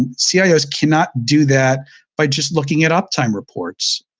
and cios cannot do that by just looking at uptime reports,